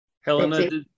Helena